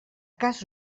cas